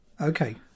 Okay